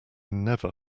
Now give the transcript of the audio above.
never